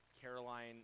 Caroline